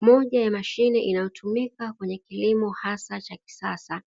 Moja ya mashine inayotumika kwenye kilimo hasa cha kisasa,